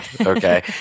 Okay